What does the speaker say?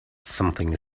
something